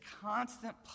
constant